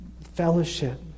Fellowship